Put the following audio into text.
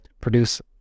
produce